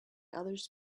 others